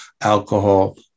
alcohol